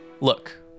look